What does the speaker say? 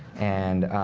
and